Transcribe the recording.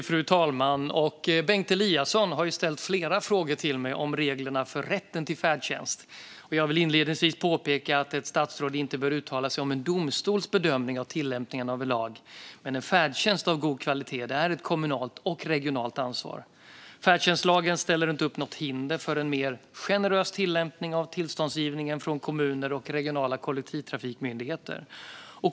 Fru talman! Bengt Eliasson har ställt flera frågor till mig om reglerna för rätten till färdtjänst. Jag vill inledningsvis påpeka att ett statsråd inte bör uttala sig om en domstols bedömning av tillämpningen av en lag. En färdtjänst av god kvalitet är ett kommunalt och regionalt ansvar. Färdtjänstlagen ställer inte upp något hinder för en mer generös tillämpning av tillståndsgivningen från kommuner och regionala kollektivtrafikmyndigheter.